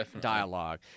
dialogue